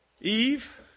Eve